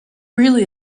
really